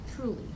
Truly